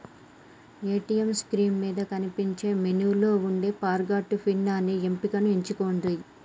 ATM screen మీద కనిపించే మెనూలో వుండే ఫర్గాట్ పిన్ అనే ఎంపికను ఎంచుకొండ్రి